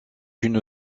une